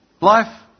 Life